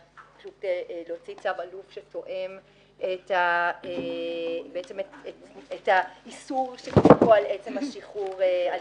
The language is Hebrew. האפשרות להוציא צו אלוף שתואם את האיסור לקיצור השליש